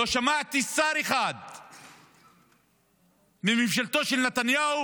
לא שמעתי שר אחד בממשלתו של נתניהו,